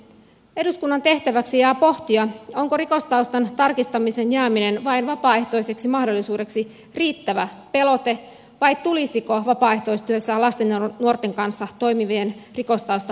eduskunnan tehtäväksi jää pohtia onko rikostaustan tarkistamisen jääminen vain vapaaehtoiseksi mahdollisuudeksi riittävä pelote vai tulisiko vapaaehtoistyössä lasten ja nuorten kanssa toimivien rikostausta tarkastaa automaattisesti